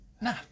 nah